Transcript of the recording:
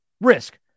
risk